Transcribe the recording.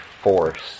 force